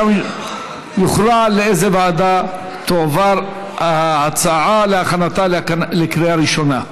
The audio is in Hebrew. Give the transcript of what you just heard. ושם יוכרע לאיזו ועדה תועבר ההצעה להכנתה לקריאה ראשונה.